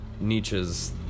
Nietzsche's